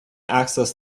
access